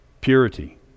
purity